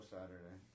Saturday